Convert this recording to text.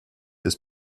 his